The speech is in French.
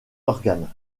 organes